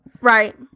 Right